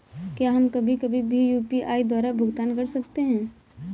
क्या हम कभी कभी भी यू.पी.आई द्वारा भुगतान कर सकते हैं?